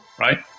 Right